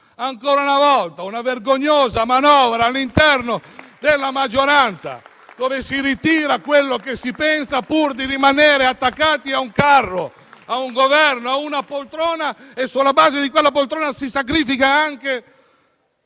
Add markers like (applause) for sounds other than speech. Ancora una volta una vergognosa manovra all'interno della maggioranza, dove si ritira quello che si pensa pur di rimanere attaccati al carro, ad un Governo, ad una poltrona. (applause) E sulla base di quella poltrona si sacrifica anche